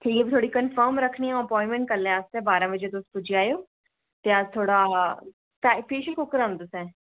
ठीक ऐ फी अ'ऊं कन्फर्म रक्खनी आं एप्वाइंटमैंट कल्लै आस्तै बारां बजे तुस पुज्जी जाओ ते अस थोह्ड़ा फेशियल कोका करांदे तुस